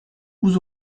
vous